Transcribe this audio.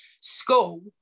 School